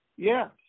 Yes